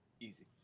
Easy